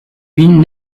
been